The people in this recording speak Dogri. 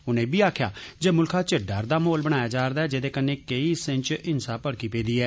उनें इब्बी आक्खेआ जे मुल्खा च डर दा माहौल बनाया जा र'दा ऐ जेदे कन्नै केई हिस्सें च हिंसा भड़की पेदी ऐ